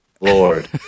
lord